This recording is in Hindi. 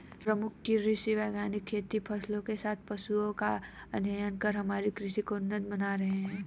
प्रमुख कृषि वैज्ञानिक खेती फसलों तथा पशुओं का अध्ययन कर हमारी कृषि को उन्नत बना रहे हैं